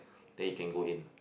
then you can go in